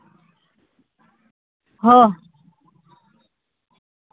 ᱦᱚᱸ